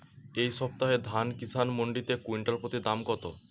এই সপ্তাহে ধান কিষান মন্ডিতে কুইন্টাল প্রতি দাম কত?